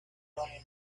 only